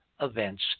events